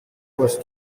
was